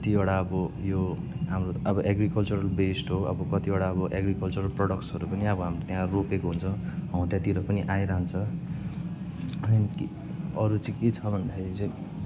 कतिवटा अब यो हाम्रो अब एग्रिकल्चरल बेस्ड हो अब कतिवटा अब एग्रिकल्चरल प्रडक्ट्सहरू पनि अब हाम्रो त्यहाँ रोपेको हुन्छ हो त्यहाँतिर पनि आइरहन्छ अनि अरू चाहिँ के छ भन्दाखेरि चाहिँ